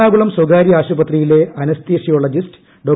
എറണാകുളം സ്വകാര്യ ആശുപത്രിയിലെ അനസ്തീഷോളജിസ്റ്റ് ഡോ